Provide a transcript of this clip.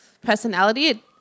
personality